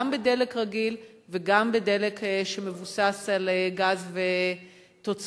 בדלק רגיל וגם בדלק שמבוסס על גז ותוצריו,